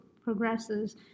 progresses